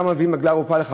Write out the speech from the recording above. למה מביאים עגלה ערופה?